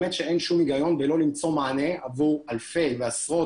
באמת שאין שום היגיון בלא למצוא מענה עבור אלפי ועשרות